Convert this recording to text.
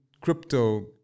crypto